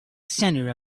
center